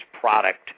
product